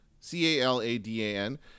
C-A-L-A-D-A-N